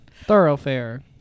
thoroughfare